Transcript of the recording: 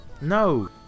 No